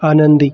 आनंदी